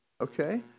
okay